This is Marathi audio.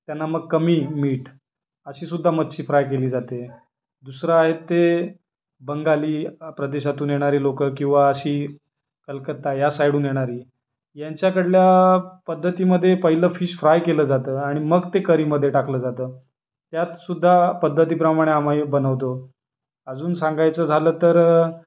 त्यांना मग कमी मीठ अशीसुद्धा मच्छी फ्राय केली जाते दुसरं आहे ते बंगाली प्रदेशातून येणारी लोकं किंवा अशी कलकत्ता या साईडहून येणारी यांच्याकडल्या पद्धतीमध्ये पहिलं फिश फ्राय केलं जातं आणि मग ते करीमध्ये टाकलं जातं यातसुद्धा पद्धतीप्रमाणे आम्ही बनवतो अजून सांगायचं झालं तर